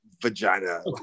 vagina